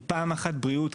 הוא פעם אחת בריאות,